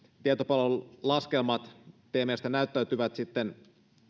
tietopalvelun laskelmat teidän mielestänne näyttäytyvät ikään kuin